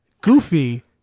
Goofy